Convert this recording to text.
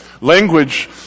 Language